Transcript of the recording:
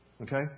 Okay